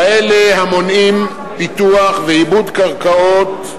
כאלה המונעים פיתוח ועיבוד קרקעות.